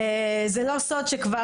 זה לא סוד שכבר,